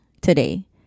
today